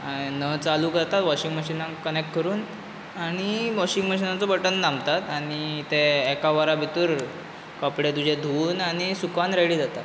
नळ चालू करता वॉशींग मशीनान कनॅक्ट करून आनी वॉशींग मशीनाचो बटन दामतात आनी ते एका वरा भितूर कपडे तुजे धुंवून आनी सुकोन रेडी जातात